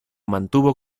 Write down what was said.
mantuvo